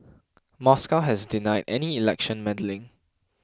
Moscow has denied any election meddling